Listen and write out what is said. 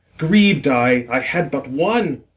griev'd i, i had but one?